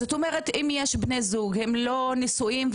זאת אומרת שאם יש בני זוג שאינם נשואים,